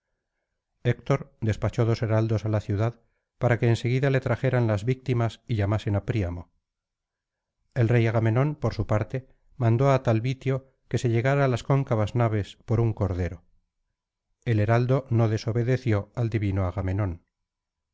héctor despachó dos heraldos á la ciudad para que en seguida le trajeran las víctimas y llamasen á príamo el rey agamenón por s i parte mandó a tal vicio que se llegara á las cóncavas naves por un cordero el heraldo no desobedeció al divino agamenón